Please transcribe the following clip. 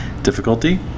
Difficulty